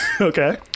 Okay